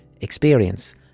experience